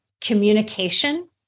communication